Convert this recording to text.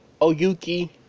Oyuki